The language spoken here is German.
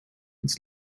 ins